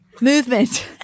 movement